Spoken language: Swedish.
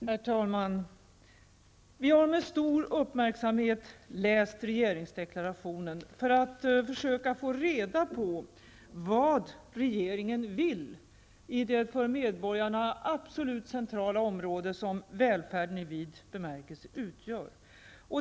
Herr talman! Vi har med stor uppmärksamhet läst regeringsdeklarationen, för att försöka få reda på vad regeringen vill i det för medborgarna absolut centrala område som välfärden i vid bemärkelse utgör.